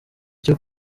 cyo